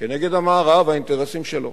נגד המערב והאינטרסים שלו.